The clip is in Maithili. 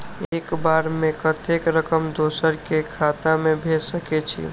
एक बार में कतेक रकम दोसर के खाता में भेज सकेछी?